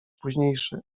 późniejszy